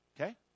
Okay